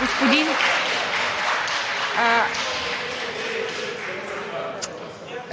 Господин…